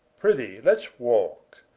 prythee let's walke.